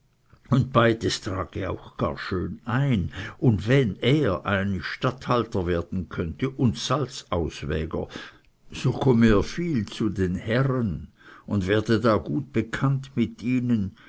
salzbütte beides trage auch gar schön ein und wenn er einisch statthalter werden könnte und salzauswäger so komme er viel zu den herren und werde da gut gekannt mit ihnen